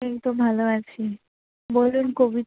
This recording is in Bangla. এই তো ভালো আছি বলুন কোভিড